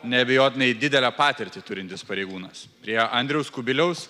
neabejotinai didelę patirtį turintis pareigūnas prie andriaus kubiliaus